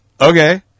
okay